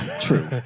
True